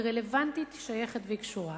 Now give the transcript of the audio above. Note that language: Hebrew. היא רלוונטית, היא שייכת והיא קשורה.